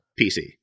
PC